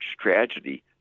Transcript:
tragedy